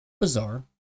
Bizarre